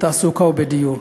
בתעסוקה ובדיור.